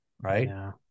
right